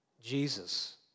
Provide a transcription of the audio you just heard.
Jesus